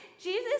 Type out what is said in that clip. Jesus